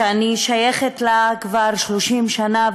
שאני שייכת לה כבר 30 שנה,